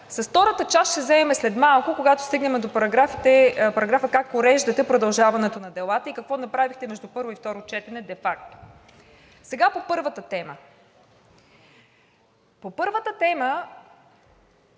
С втората част ще се заемем след малко, когато стигнем до параграфа как уреждате продължаването на делата и какво направихте между първо и второ четене де факто. Сега по първата тема. По първата тема